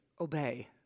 Obey